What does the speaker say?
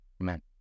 amen